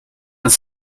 and